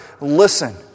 listen